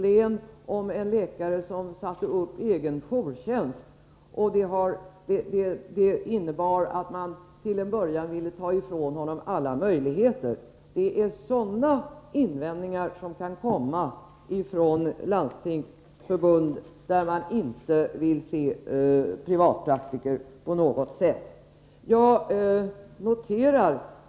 Det var en läkare som satte upp egen jourtjänst, och man ville till en början ta ifrån honom alla möjligheter. Sådana invändningar kan komma från landstingsområden där man inte alls vill att privatpraktiker skall förekomma.